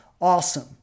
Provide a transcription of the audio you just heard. awesome